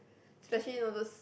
especially all those